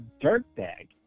dirtbag